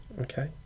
Okay